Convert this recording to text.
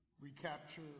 recapture